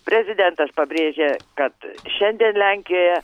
prezidentas pabrėžė kad šiandien lenkijoje